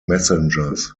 messengers